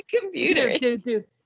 computer